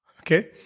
Okay